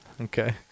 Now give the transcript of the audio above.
Okay